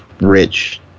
rich